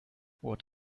what